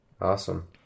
Awesome